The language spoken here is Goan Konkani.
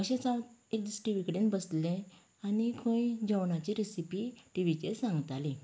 अशेंच हांव एक दीस टीवी कडेन बसलेले आनी खंय जेवणाची रेसिपी टिवीचेर सांगताली